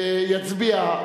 יצביע.